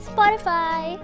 Spotify